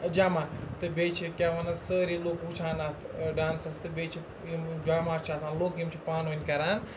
جمع تہٕ بیٚیہِ چھِ کیٛاہ وَنان سٲری لُکھ وٕچھان اَتھ ڈانسَس تہٕ بیٚیہِ چھِ یِم جمع چھِ آسان لُکھ یِم چھِ پانہٕ ؤنۍ کَران